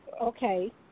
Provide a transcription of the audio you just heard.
Okay